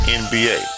nba